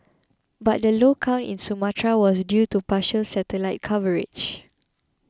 but the low count in Sumatra was due to partial satellite coverage